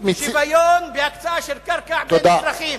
שוויון בהקצאה של קרקע לאזרחים.